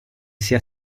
sia